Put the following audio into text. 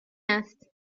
است